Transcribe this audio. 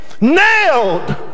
nailed